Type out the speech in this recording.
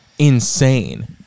insane